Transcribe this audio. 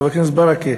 חבר הכנסת ברכה,